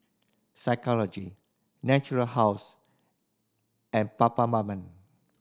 Physiogel Natura House and Peptamen